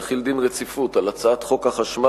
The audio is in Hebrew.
להחיל דין רציפות על הצעת חוק החשמל